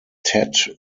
ted